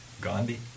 Gandhi